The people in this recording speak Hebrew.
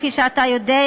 כפי שאתה יודע,